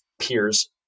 peers